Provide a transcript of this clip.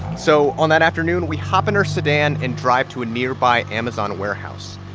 so on that afternoon, we hop in her sedan and drive to a nearby amazon warehouse.